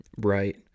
Right